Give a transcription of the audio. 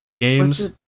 games